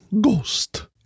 ghost